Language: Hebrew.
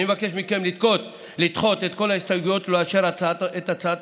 אני מבקש מכם לדחות את כל ההסתייגויות ולאשר את הצעת